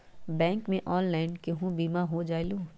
Bank से online केहु बिमा हो जाईलु?